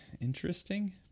interesting